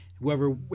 whoever